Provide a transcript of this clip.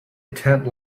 tent